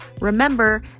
Remember